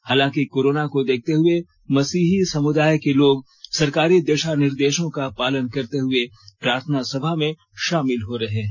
हालांकि कोरोना को देखते हुए मसीही समुदाय के लोग सरकारी दिशा निर्देशों का पालन करते हुए प्रार्थना सभा में शामिल हो रहे हैं